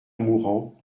mourant